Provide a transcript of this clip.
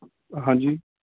ਹਾਂਜੀ